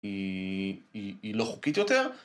היא לא חוקית יותר.